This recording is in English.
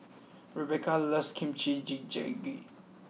Rebeca loves Kimchi Jjigae